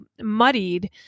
muddied